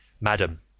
Madam